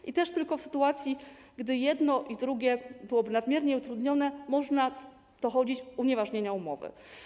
I też tylko w sytuacji, gdy jedno i drugie byłoby nadmiernie utrudnione, można dochodzić unieważnienia umowy.